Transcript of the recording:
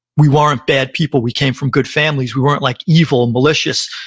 we weren't bad people. we came from good families. we weren't like evil and malicious.